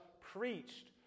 preached